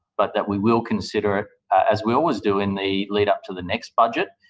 but that we will consider it, as we always do, in the lead-up to the next budget.